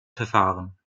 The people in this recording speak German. verfahren